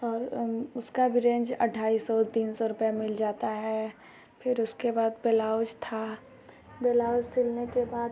और उसका भी रेंज ढाई सौ तीन सौ रुपया मिल जाता है फिर उसके बाद बेलाउज था बेलाउज सिलने के बाद